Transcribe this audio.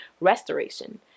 restoration